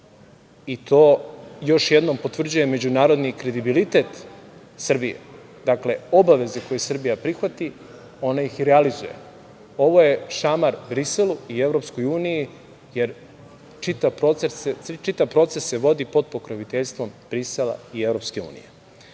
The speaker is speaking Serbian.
i to još jednom potvrđuje međunarodni kredibilitet Srbije. Dakle, obaveze koje Srbija prihvati ona ih i realizuje. Ovo je šamar Briselu i Evropskoj uniji, jer se čitav proces vodi pod pokroviteljstvom Brisela i Evropske unije. Sa